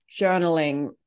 journaling